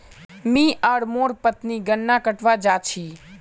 मी आर मोर पत्नी गन्ना कटवा जा छी